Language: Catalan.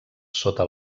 sota